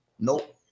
nope